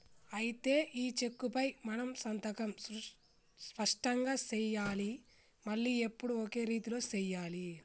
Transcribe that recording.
అయితే ఈ చెక్కుపై మనం సంతకం స్పష్టంగా సెయ్యాలి మళ్లీ ఎప్పుడు ఒకే రీతిలో సెయ్యాలి